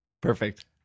Perfect